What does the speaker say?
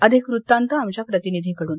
अधिक वृत्तांत आमच्या प्रतिनिधीकडून